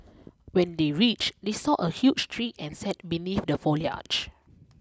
when they reached they saw a huge tree and sat beneath the foliage